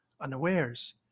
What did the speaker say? unawares